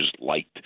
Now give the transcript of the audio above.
liked